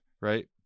right